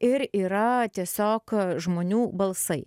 ir yra tiesiog žmonių balsai